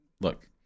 Look